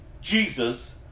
Jesus